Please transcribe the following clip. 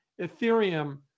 Ethereum